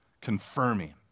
confirming